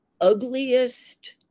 ugliest